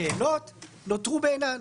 השאלות נותרו בעינן.